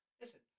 Listen